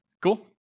Cool